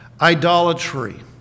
Idolatry